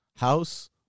House